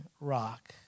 rock